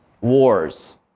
wars